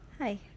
Hi